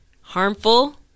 harmful